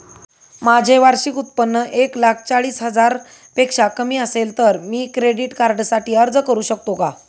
माझे वार्षिक उत्त्पन्न एक लाख चाळीस हजार पेक्षा कमी असेल तर मी क्रेडिट कार्डसाठी अर्ज करु शकतो का?